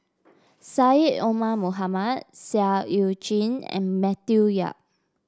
Syed Omar Mohamed Seah Eu Chin and Matthew Yap